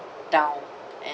down and